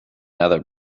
other